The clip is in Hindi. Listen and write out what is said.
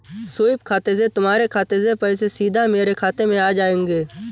स्वीप खाते से तुम्हारे खाते से पैसे सीधा मेरे खाते में आ जाएंगे